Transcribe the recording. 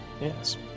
yes